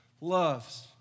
loves